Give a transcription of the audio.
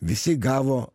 visi gavo